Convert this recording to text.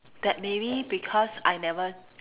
that maybe because I never